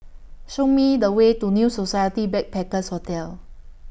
Show Me The Way to New Society Backpackers' Hotel